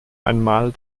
einmal